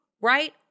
right